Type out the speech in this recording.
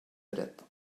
dret